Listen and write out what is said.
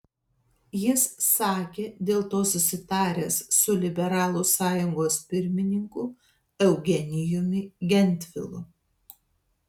jis sakė dėl to susitaręs su liberalų sąjungos pirmininku eugenijumi gentvilu